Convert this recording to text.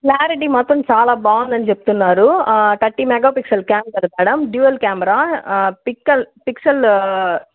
clarity మాత్రం చాలా బాగుందని చెప్తున్నారు థర్టీ మెగా పిక్సెల్స్ క్యామ్ కదా మేడం డ్యుయల్ క్యామెరా పిక్సె పిక్సెళ్ళు